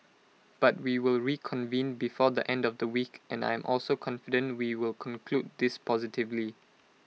but we will reconvene before the end of the week and I am also confident we will conclude this positively